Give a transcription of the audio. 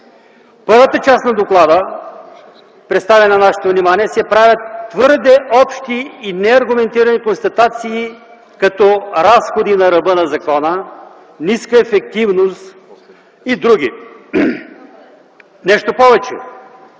първата част на доклада, представен на нашето внимание, се правят твърде общи и неаргументирани констатации като „разходи на ръба на закона”, „ниска ефективност” и др. Нещо повече,